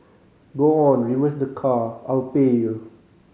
go on reverse the car I'll pay you